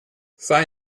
sei